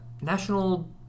national